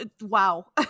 wow